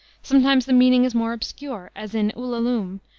sometimes the meaning is more obscure, as in ulalume,